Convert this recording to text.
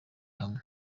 hamwe